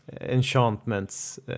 enchantments